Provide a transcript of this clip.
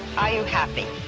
are you happy?